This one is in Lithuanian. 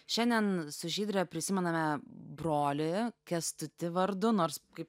šiandien su žydre prisimename brolį kęstutį vardu nors kaip